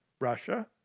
Russia